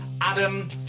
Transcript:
Adam